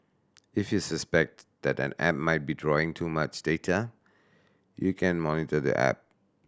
if you suspect that an app might be drawing too much data you can monitor the app